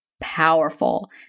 powerful